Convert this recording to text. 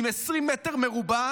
עם 20 מטר מרובע,